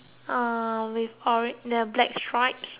with oran the black stripes